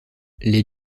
des